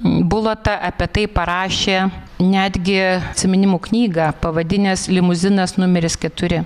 bulota apie tai parašė netgi atsiminimų knygą pavadinęs limuzinas numeris keturi